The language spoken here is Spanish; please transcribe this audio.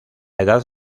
edad